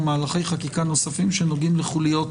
מהלכי חקיקה נוספים שנוגעים לחוליות